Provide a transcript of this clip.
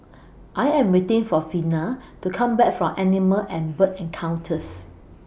I Am waiting For Vina to Come Back from Animal and Bird Encounters